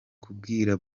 kubwira